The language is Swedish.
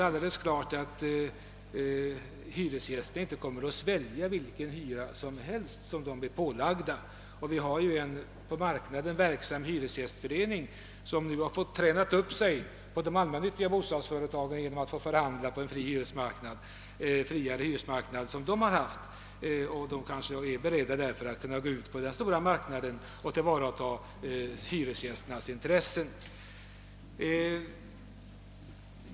Hyresgästerna kommer självfallet inte att svälja vilka hyror som helst som påläggs dem. Vi har även en inom denna marknad verksam hyresgästförening, som nu har tränat upp sig inom de allmännyttiga bostadsföretagen genom att förhandla på en fri hyresmarknad, nämligen den friare hyresmarknad som dessa allmännyttiga bolag haft. Hyresgästföreningarna är säkerligen beredda att nu gå ut på den övriga marknaden och tillvarataga hyresgästernas intressen.